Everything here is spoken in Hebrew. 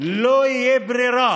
לא תהיה ברירה